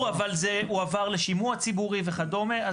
אבל זה הועבר לשימוע ציבורי וכדומה,